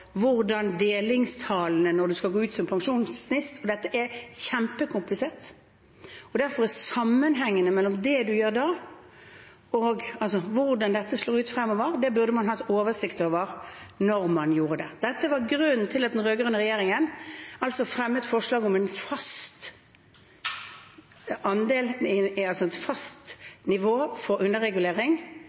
hvordan delingstallene er når du skal gå ut som pensjonist. Dette er kjempekomplisert. Sammenhengen mellom det man gjør da, og hvordan dette slår ut fremover, burde man derfor hatt oversikt over når man gjorde det. Dette var grunnen til at den rød-grønne regjeringen fremmet forslag om et fast